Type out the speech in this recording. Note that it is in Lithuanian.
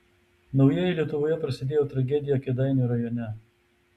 naujieji lietuvoje prasidėjo tragedija kėdainių rajone